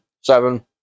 seven